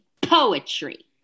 poetry